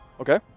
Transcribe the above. Okay